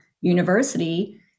university